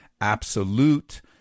absolute